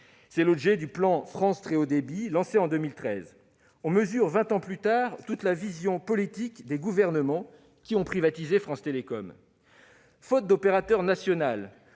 C'est l'objet du plan France Très haut débit, lancé en 2013. On mesure vingt ans plus tard toute la vision politique des gouvernements qui ont privatisé France Télécom ! Faute d'opérateur national,